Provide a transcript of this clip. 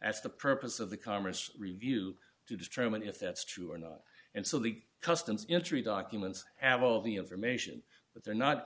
that's the purpose of the commerce review to determine if that's true or not and so the customs injury documents have all the information but they're not